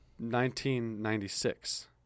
1996